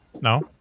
No